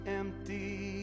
empty